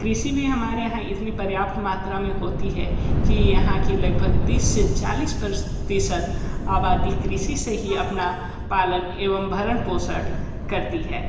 कृषि भी हमारे यहाँ इतनी पर्याप्त मात्रा में होती है कि यहाँ की लगभग तीस से चालीस प्रतिशत आबादी कृषि से ही अपना पालन एवं भरण पोषण करती है